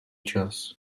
čas